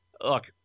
Look